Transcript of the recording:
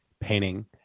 painting